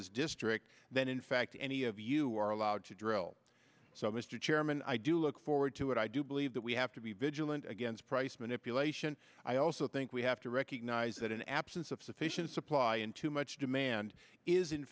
florida's district than in fact any of you are allowed to drill so mr chairman i do look forward to it i do believe that we have to be vigilant against price manipulation i also think we have to recognize that an absence of sufficient supply in too much demand is in